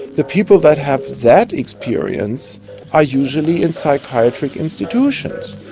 the people that have that experience are usually in psychiatric institutions.